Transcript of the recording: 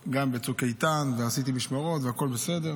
גם בצוק איתן, ועשיתי משמרות, והכול בסדר.